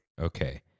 Okay